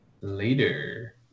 later